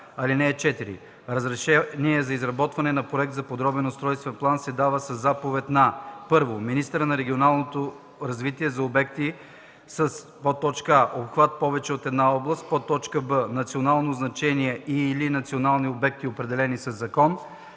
„(4) Разрешение за изработване на проект за подробен устройствен план се дава със заповед на: 1. министъра на регионалното развитие - за обекти със: а) обхват повече от една област; б) национално значение и/или национални обекти, определени със закон;